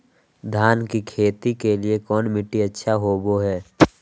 धान की खेती के लिए कौन मिट्टी अच्छा होबो है?